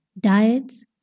diets